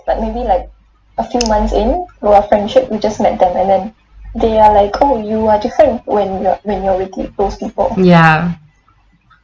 ya